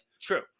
True